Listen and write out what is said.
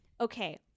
Okay